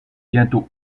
bientôt